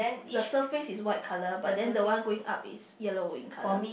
the surface is white colour but then the one going up is yellow in colour